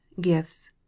gifts